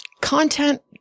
content